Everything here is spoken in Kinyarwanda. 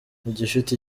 igifite